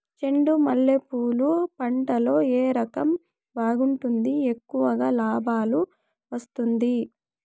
చెండు మల్లె పూలు పంట లో ఏ రకం బాగుంటుంది, ఎక్కువగా లాభాలు వస్తుంది?